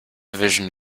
vision